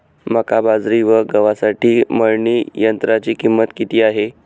मका, बाजरी व गव्हासाठी मळणी यंत्राची किंमत किती आहे?